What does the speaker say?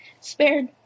spared